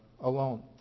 alone